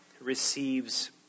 receives